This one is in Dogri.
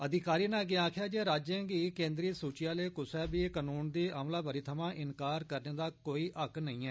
अधिकारी नै अग्गै आक्खेआ जे राज्यें गी केन्द्री सूचि आहले कुसै बी कानून दी अमलावरी थमां इंकार करने दा कोई अधिकार नेई ऐ